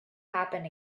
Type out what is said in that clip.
happen